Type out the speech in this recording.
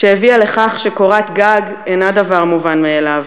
שהביאה לכך שקורת גג אינה דבר מובן מאליו,